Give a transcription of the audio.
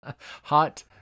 Hot